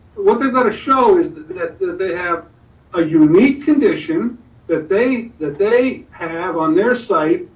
what they've gotta show is that they have a unique condition that they that they have on their site,